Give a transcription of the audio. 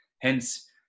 Hence